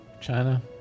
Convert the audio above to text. China